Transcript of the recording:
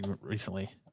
recently